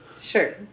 Sure